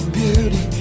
beauty